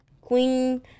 queen